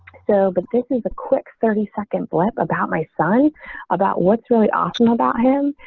so, but this is a quick thirty second blab about my son about what's really awesome about him,